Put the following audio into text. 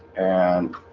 and